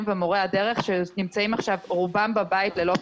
ומורי הדרך שנמצאים עכשיו רובם בבית ללא פרנסה,